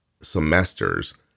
semesters